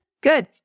Good